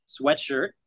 sweatshirt